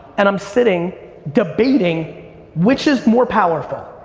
and i'm sitting debating which is more powerful.